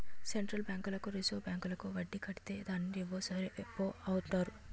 central బ్యాంకులకు reserve bank వడ్డీ కడితే దాన్ని రివర్స్ రెపో అంటారు